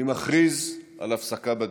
אני מכריז על הפסקה בדיון.